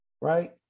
right